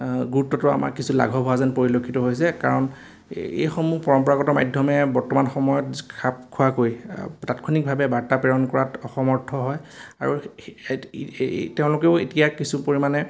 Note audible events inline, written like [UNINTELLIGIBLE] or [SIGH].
গুৰুত্বটো আমাৰ কিছু লাঘৱ হোৱা যেন পৰিলক্ষিত হৈছে কাৰণ এই এইসমূহ পৰম্পৰাগত মাধ্যমে বৰ্তমান সময়ত [UNINTELLIGIBLE] খাপ খোৱাকৈ তাৎক্ষণিকভাৱে বাৰ্তা প্ৰেৰণ কৰাত অসমৰ্থ হয় আৰু [UNINTELLIGIBLE] তেওঁলোকেও এতিয়া কিছু পৰিমাণে